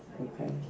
Okay